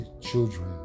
children